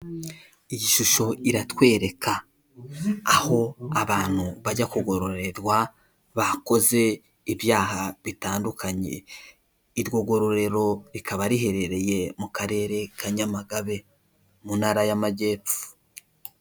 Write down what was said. Iyi shusho iratwereka aho abantu bajya kugororerwa bakoze ibyaha bitandukanye, iryo gororero rikaba riherereye mu karere ka nyamagabe mu ntara y'amajyepfo.